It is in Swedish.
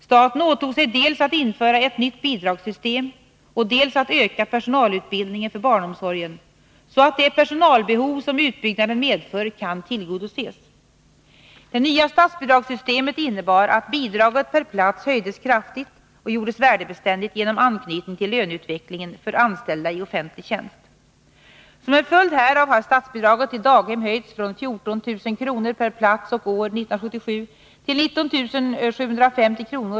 Staten åtog sig dels att införa ett nytt bidragssystem, dels att öka personalutbildningen för barnomsorgen, så att det personalbehov som utbyggnaden medför kan tillgodoses. Det nya statsbidragssystemet innebar att bidraget per plats höjdes kraftigt och gjordes värdebeständigt genom anknytning till löneutvecklingen för anställda i offentlig tjänst. Som en följd härav har statsbidraget till daghem höjts från 14 000 kr. per plats år 1977 till 19 750 kr.